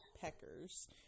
peckers